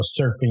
surfing